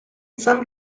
some